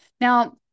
Now